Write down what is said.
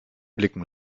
blicken